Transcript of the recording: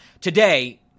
today